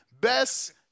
Best